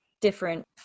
different